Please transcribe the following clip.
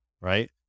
right